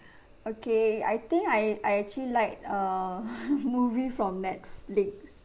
okay I think I I actually like err movie from netflix